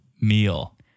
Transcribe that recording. meal